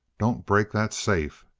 don't break that safe!